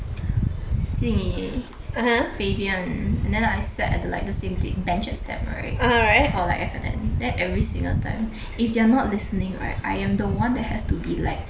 jing yi fabian and then I sat at like the same thin~ bench as them right for like F&N then every single time if they're not listening right I am the one that has to be like